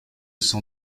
s’en